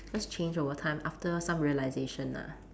just change over time after some realisation lah